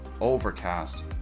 Overcast